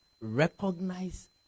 Recognize